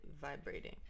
vibrating